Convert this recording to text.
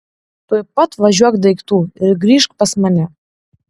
tuoj pat važiuok daiktų ir grįžk pas mane